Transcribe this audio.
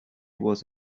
was